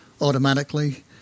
automatically